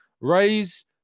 raise